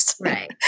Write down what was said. Right